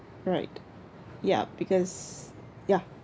right ya because ya